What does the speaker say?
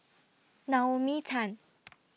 Naomi Tan